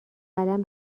قلم